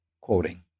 Quoting